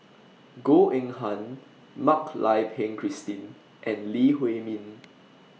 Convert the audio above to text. Goh Eng Han Mak Lai Peng Christine and Lee Huei Min